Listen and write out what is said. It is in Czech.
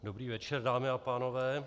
Dobrý večer, dámy a pánové.